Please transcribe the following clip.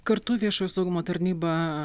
kartu viešojo saugumo tarnyba